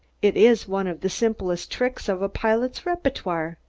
it is one of the simplest tricks of a pilot's repertoire.